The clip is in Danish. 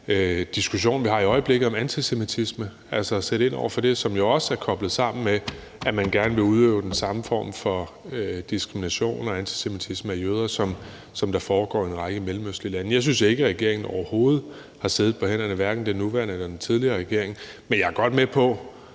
diskussion, vi har i øjeblikket, om antisemitisme, altså at sætte ind over for det, som jo også er koblet sammen med, at man gerne vil udøve den samme form for antisemitisme og diskrimination af jøder, der foregår i en række mellemøstlige lande. Jeg synes ikke, regeringen – hverken den nuværende eller den tidligere regering – overhovedet